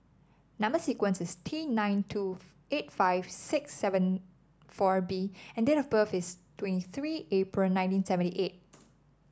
number sequence is T nine two eight five six seven four B and date of birth is twenty three April nineteen seventy eightth